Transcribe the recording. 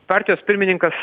partijos pirmininkas